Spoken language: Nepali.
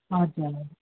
हजुर